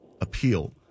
appeal